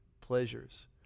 pleasures